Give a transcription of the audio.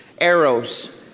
arrows